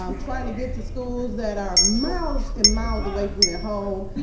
um trying to get to schools that are miles and miles away from their home.